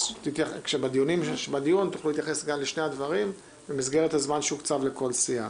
אז בדיון תוכלו להתייחס לשני הדברים במסגרת הזמן שהוקצב לכל סיעה.